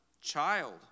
child